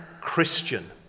Christian